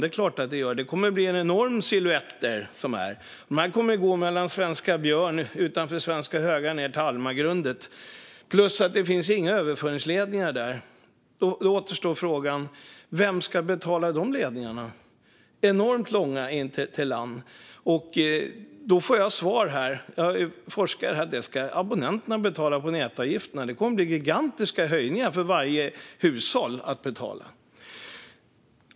Det är klart att de gör. De kommer att ge enorma siluetter. De kommer att ligga mellan Svenska Björn, utanför Svenska Högarna, ned till Almagrundet. Där finns det inga överföringsledningar. Det väcker frågan: Vem ska betala dessa enormt långa ledningar in till land? Jag har forskat i det här och fått svaret att det är abonnenterna som ska betala det via nätavgifterna. Det kommer att bli gigantiska höjningar för varje hushåll att betala.